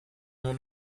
nur